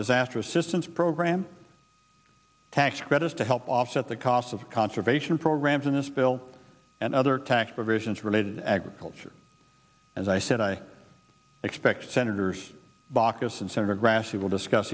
disaster assistance program tax credits to help offset the costs of conservation programs in this bill and other tax provisions related agriculture as i said i expect senators